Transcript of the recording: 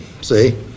see